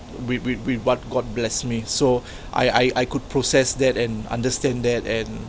with with with what god blessed me so I I I could process that and understand that and